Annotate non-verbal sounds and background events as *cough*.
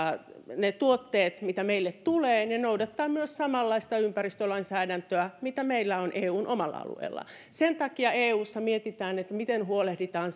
ne tuotteet mitä meille tulee noudattavat samanlaista ympäristölainsäädäntöä kuin mitä meillä on eun omalla alueella sen takia eussa mietitään miten huolehditaan *unintelligible*